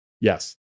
Yes